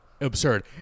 absurd